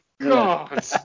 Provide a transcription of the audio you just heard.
god